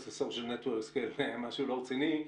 ל- social networking כמשהו לא רציני.